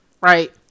right